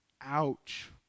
Ouch